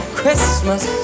Christmas